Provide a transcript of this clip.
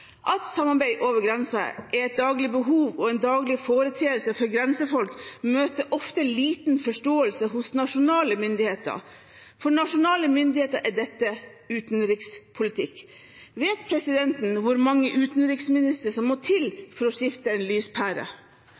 At samarbeid over grensen er et daglig behov og en daglig foreteelse for grensefolk, møter ofte liten forståelse hos nasjonale myndigheter. For nasjonale myndigheter er dette utenrikspolitikk. Vet presidenten hvor mange utenriksministre som må til for å skifte en lyspære?